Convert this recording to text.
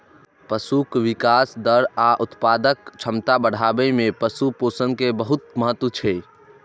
पशुक विकास दर आ उत्पादक क्षमता बढ़ाबै मे पशु पोषण के बहुत महत्व छै